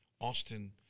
Austin